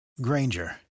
Granger